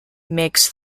makes